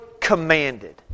commanded